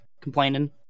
Complaining